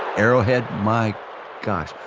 arrowhead, my gosh,